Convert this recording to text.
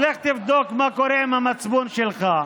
אז לך תבדוק מה קורה עם המצפון שלך.